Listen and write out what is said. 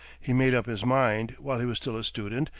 he made up his mind, while he was still a student,